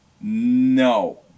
No